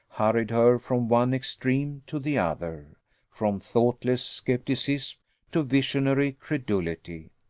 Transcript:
hurried her from one extreme to the other from thoughtless scepticism to visionary credulity.